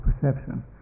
perception